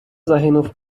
загинув